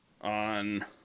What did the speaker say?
on